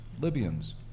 Libyans